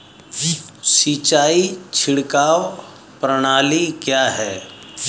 सिंचाई छिड़काव प्रणाली क्या है?